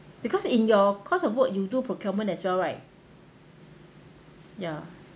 because in your course of work you do procurement as well right ya